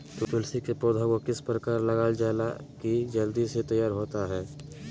तुलसी के पौधा को किस प्रकार लगालजाला की जल्द से तैयार होता है?